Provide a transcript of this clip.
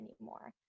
anymore